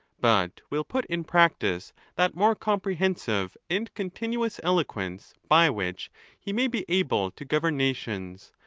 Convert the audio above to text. but will put in prac tice that more comprehensive and continuous eloquence by which he may be able to govern nations,